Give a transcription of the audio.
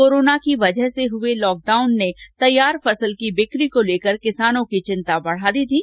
corona वजह से हुए लॉकडाउन ने तैयार फसल की बिकी को लेकर किसानों की चिन्ता बढ़ा दी थी